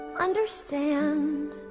understand